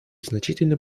значительный